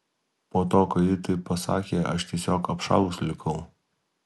po to kai ji taip pasakė aš tiesiog apšalus likau